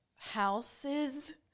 houses